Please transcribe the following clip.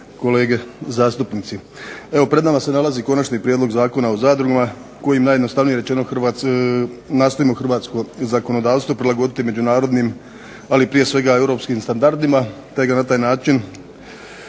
kolege zastupnici. Evo pred nama se nalazi KOnačni prijedlog Zakona o zadrugama koji najjednostavnije rečeno nastojimo hrvatsko zakonodavstvo prilagoditi međunarodnim ali prije svega europskim standardima, te ga na taj način